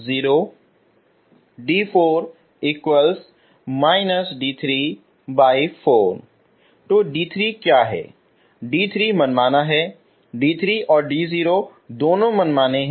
d3 अब मनमाना है d3 और d0 दोनों मनमाने हैं